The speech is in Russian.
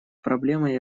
проблемой